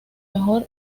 mejor